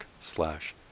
slash